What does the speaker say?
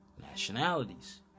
nationalities